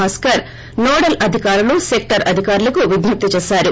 Bhaskar nodal అధికారులు sector అధికారులకు విజ్జప్తి చేశారు